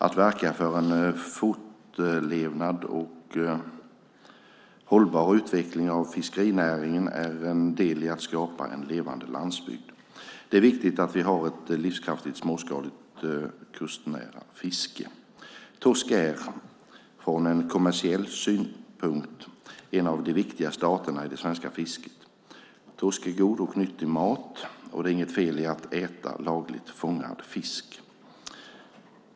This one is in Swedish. Att verka för en fortlevnad och hållbar utveckling av fiskerinäringen är en del i att skapa en levande landsbygd. Det är viktigt att vi har ett livskraftigt småskaligt kustnära fiske. Torsk är, från en kommersiell synpunkt, en av de viktigaste arterna i det svenska fisket. Torsk är god och nyttig mat, och det är inget fel i att äta lagligt fångad fisk.